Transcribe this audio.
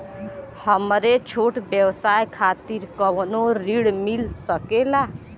हमरे छोट व्यवसाय खातिर कौनो ऋण मिल सकेला?